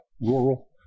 rural